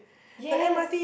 yes